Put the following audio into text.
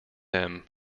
them